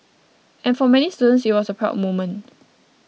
and for many students it was a proud moment